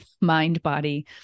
mind-body